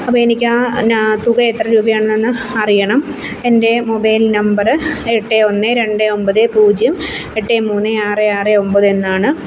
അപ്പോൾ എനിക്ക് ആ പിന്നെ ആ തുക എത്ര രൂപയാണെന്നൊന്ന് അറിയണം എൻ്റെ മൊബൈൽ നമ്പറ് എട്ട് ഒന്ന് രണ്ട് ഒമ്പത് പൂജ്യം എട്ട് മൂന്ന് ആറ് ആറ് ഒമ്പത് എന്നാണ്